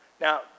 Now